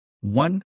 one